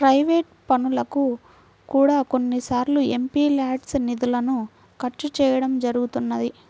private పనులకు కూడా కొన్నిసార్లు ఎంపీల్యాడ్స్ నిధులను ఖర్చు చేయడం జరుగుతున్నది